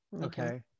okay